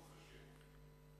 ברוך השם.